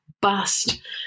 bust